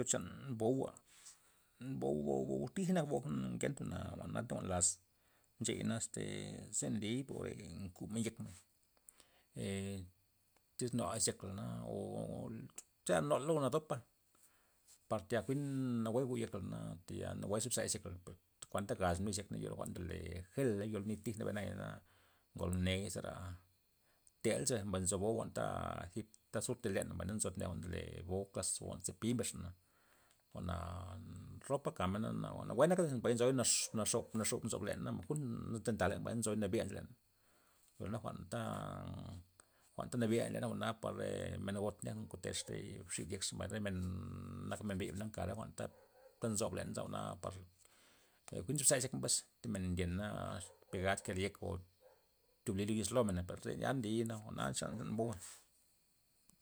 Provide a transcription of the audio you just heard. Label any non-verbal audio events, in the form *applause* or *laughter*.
Chan boua' bou'-bou'-bou tij nak bou' ngenta jwa'na nakta jwa'n laz ncheya na este ze nli' por nkumen yekmen *hesitation* ee tyz noa' izyeklana o che- chenola luego nadopa, par tayal jwi'n nawue gu' nyekla'na tayal nawue zibzay izyekla per chokuanta gazna lud izyekla yo luj jwa'n ndole gela' yo lud nit tija' mbay naya'na ngo mney zara teley zabay, nzo bou' jwa'n ta zipta zurt nzi lena mbay na nzo thib neda ndole bou' klas bou' zepi mbesxa jwa'na ropa kamena' na- nawuena naka za mbay nzoy na- naxop naxub nzo leney junte ntenta leney mbay nzo naby'a nzo lena perna jwa'nta jwa'nta naby'a lenaba jwa'na par re men got ndyakna koteza re xid yekxa mbay re men nak men mbinana nkare jwa'n ta ta nzob lena jwa'na par jwi'n xiobzay pues men ndyena' pegad ke yekna oo thiobli yiz clomen per zyn ya nly na jwa'na chan boua'.